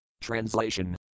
Translation